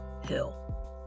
hill